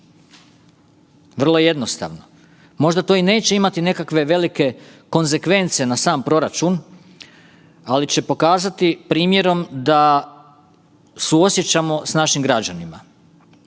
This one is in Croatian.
vrlo jednostavno. Možda to i neće imati nekakve velike konsekvence na sam proračun, ali će pokazati primjerom da suosjećamo sa našim građanima.